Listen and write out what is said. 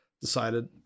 decided